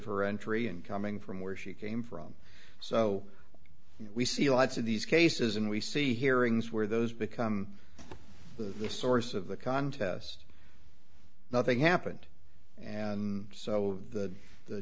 her entry and coming from where she came from so we see lots of these cases and we see hearings where those become the source of the contest nothing happened and so the